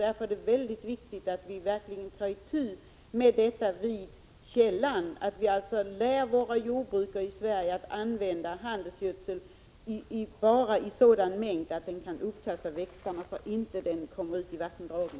Därför är det mycket viktigt att vi verkligen tar itu med detta vid källan, dvs. att vi lär jordbrukarna i Sverige att använda handelsgödsel endast i sådan mängd att den kan upptas av växterna, så att gödseln inte kommer ut i vattendragen.